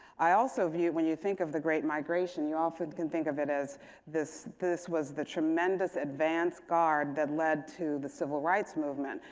i also view when you think of the great migration, you often can think of it as this this was the tremendous advance guard that led to the civil rights movement.